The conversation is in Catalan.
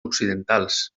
occidentals